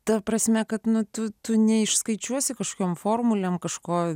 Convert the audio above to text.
ta prasme kad nu tu tu neišskaičiuosi kažkokiom formulėm kažko